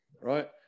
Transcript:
Right